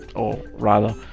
or rather,